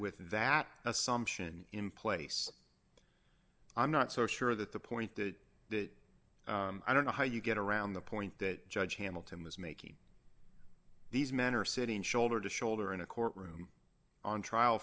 with that assumption in place i'm not so sure that the point that that i don't know how you get around the point that judge hamilton was making these men are sitting shoulder to shoulder in a courtroom on trial